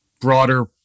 broader